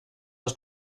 aus